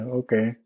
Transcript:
okay